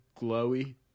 glowy